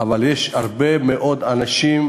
אבל יש הרבה מאוד אנשים,